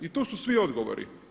I tu su svi odgovori.